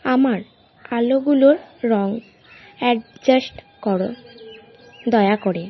আমার আলোগুলোর রঙ অ্যাডজাস্ট করো দয়া করে